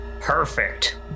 Perfect